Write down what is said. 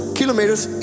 kilometers